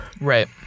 Right